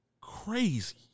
crazy